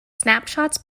snapshots